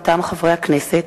מטעם הכנסת: